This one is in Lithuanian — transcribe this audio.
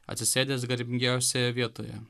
atsisėdęs garbingiausioje vietoje